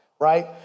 right